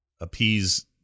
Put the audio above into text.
appease